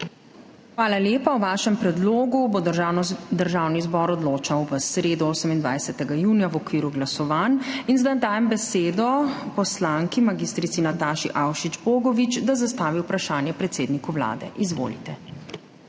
Hvala lepa. O vašem predlogu bo Državni zbor odločal v sredo, 28. junija, v okviru glasovanj. Zdaj dajem besedo poslanki mag. Nataši Avšič Bogovič, da zastavi vprašanje predsedniku Vlade. Izvolite.